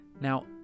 Now